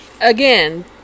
again